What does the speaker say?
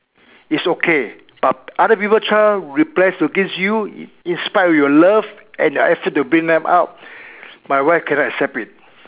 is okay but other people child rebels against you in spite of your love and your effort to bring them up my wife cannot accept it